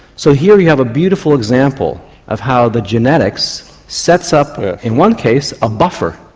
so here we have a beautiful example of how the genetics sets up in one case a buffer,